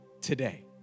today